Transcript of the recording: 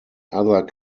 other